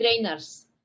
trainers